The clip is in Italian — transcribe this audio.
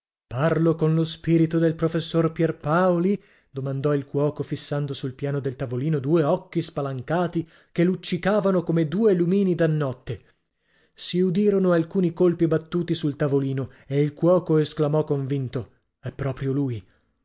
parlo con lo spirito del professor pierpaoli domandò il cuoco fissando sul piano del tavolino due occhi spalancati che luccicavano come due lumini da notte sì udirono alcuni colpi battuti sul tavolino e il cuoco esclamò convinto è proprio lui